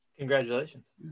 Congratulations